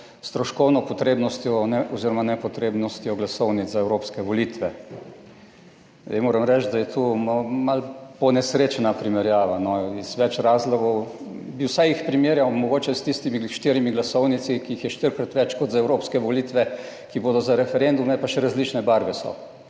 stroškovno potrebnostjo oziroma nepotrebnostjo glasovnic za evropske volitve. Zdaj moram reči, da je to malo ponesrečena primerjava iz več razlogov, bi vsaj jih primerjal mogoče s tistimi štirimi glasovnicami, ki jih je štirikrat več kot za evropske volitve, ki bodo za referendume, pa še različne barve so.